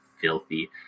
filthy